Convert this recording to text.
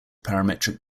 parametric